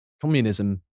communism